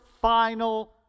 final